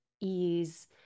ease